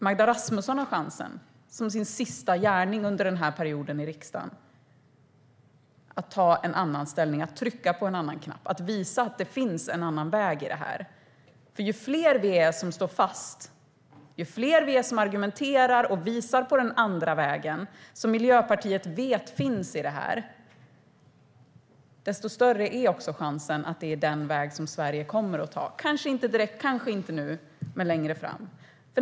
Magda Rasmusson har chansen att som sin sista gärning under den här perioden i riksdagen ta ställning, trycka på en annan knapp och visa att det finns en annan väg. Ju fler vi är som argumenterar och visar på den andra vägen, som Miljöpartiet vet finns, desto större är chansen att det är den väg som Sverige kommer att ta, kanske inte nu, men längre fram.